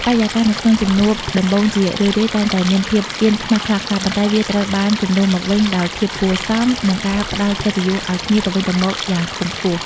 បរិយាកាសនៅក្នុងជំនួបដំបូងជារឿយៗតែងតែមានភាពអៀនខ្មាសខ្លះៗ ប៉ុន្តែវាត្រូវបានជំនួសមកវិញដោយភាពគួរសម និងការផ្ដល់កិត្តិយសឱ្យគ្នាទៅវិញទៅមកយ៉ាងខ្ពង់ខ្ពស់។